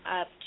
up